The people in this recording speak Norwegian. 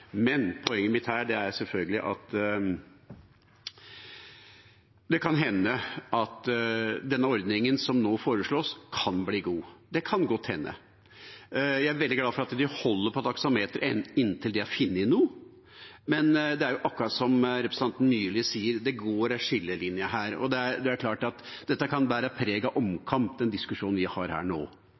Poenget mitt her er selvfølgelig at det kan hende at denne ordningen som nå foreslås, kan bli god. Det kan godt hende. Jeg er veldig glad for at de holder på taksameteret inntil de har funnet noe, men det er jo slik, som representanten Myrli sier, at det går en skillelinje her. Det er klart at den diskusjonen vi har her nå, kan bære preg av omkamp,